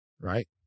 right